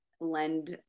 lend